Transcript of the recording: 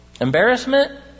Embarrassment